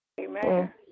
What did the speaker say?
Amen